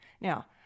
now